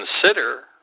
consider